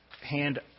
hand